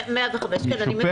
ישופה